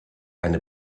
eine